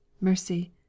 MERCY